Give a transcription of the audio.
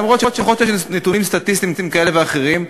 אף-על-פי שיכול להיות שיש נתונים סטטיסטיים כאלה ואחרים,